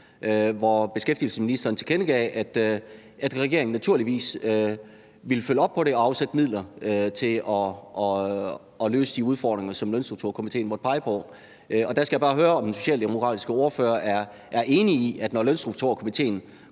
hvor beskæftigelsesministeren tilkendegav, at regeringen naturligvis ville følge op på det og afsætte midler til at løse de udfordringer, som Lønstrukturkomitéen måtte pege på. Der skal jeg bare høre, om den socialdemokratiske ordfører er enig i, at der, når Lønstrukturkomitéen